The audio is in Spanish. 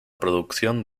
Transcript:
producción